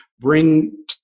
bring